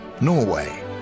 Norway